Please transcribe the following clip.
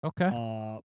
Okay